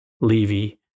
Levy